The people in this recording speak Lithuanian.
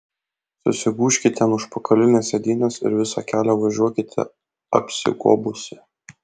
susigūžkite ant užpakalinės sėdynės ir visą kelią važiuokite apsigobusi